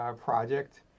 project